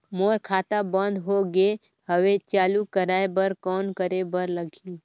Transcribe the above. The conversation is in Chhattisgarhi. मोर खाता बंद हो गे हवय चालू कराय बर कौन करे बर लगही?